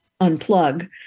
unplug